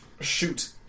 shoot